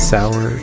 Sour